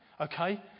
Okay